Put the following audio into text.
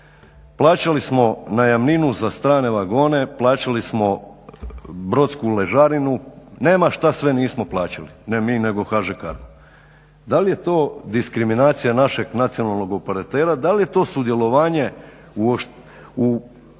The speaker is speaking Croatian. plaćali smo najamninu za strane vagone, plaćali smo brodsku ležarinu. Nema šta sve nismo plaćali, ne mi nego HŽ Cargo. Da li je to diskriminacija našeg nacionalnog operatera, da li je to sudjelovanje u,